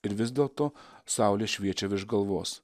ir vis dėlto saulė šviečia virš galvos